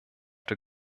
der